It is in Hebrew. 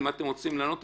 אם אתם רוצים לענות.